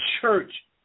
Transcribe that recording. church